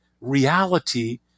reality